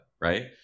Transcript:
right